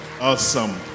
awesome